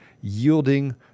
yielding